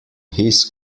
his